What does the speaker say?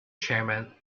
chairman